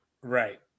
Right